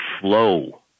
flow